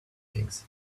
things